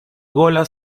gola